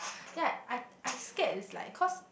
then I I scared it's like cause